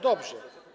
Dobrze.